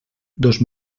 dos